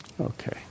Okay